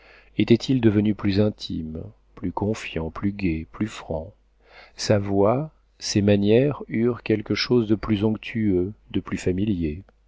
était-il devenu plus intime plus confiant plus gai plus franc sa voix ses manières eurent quelque chose de plus onctueux de plus familier